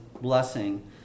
blessing